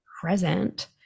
present